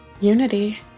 Unity